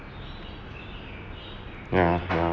yeah ya